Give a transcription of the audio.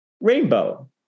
Rainbow